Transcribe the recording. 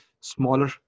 smaller